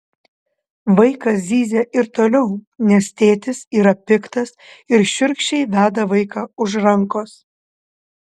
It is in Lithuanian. vaikas zyzia ir toliau nes tėtis yra piktas ir šiurkščiai veda vaiką už rankos